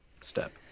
step